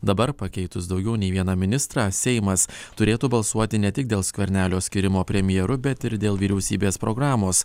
dabar pakeitus daugiau nei vieną ministrą seimas turėtų balsuoti ne tik dėl skvernelio skyrimo premjeru bet ir dėl vyriausybės programos